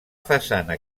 façana